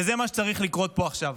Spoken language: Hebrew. וזה מה שצריך לקרות פה עכשיו.